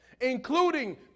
including